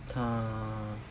她